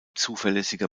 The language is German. zuverlässiger